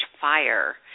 fire